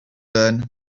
learn